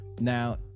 now